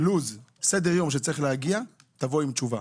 לו"ז וסדר-יום אז תבואי עם תשובה.